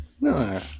No